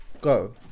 go